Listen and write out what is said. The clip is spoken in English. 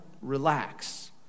relax